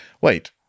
Wait